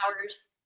hours